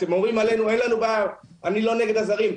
אני לא נגד הזרים.